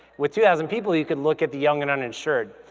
with two thousand people, you could look at the young and uninsured.